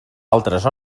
altres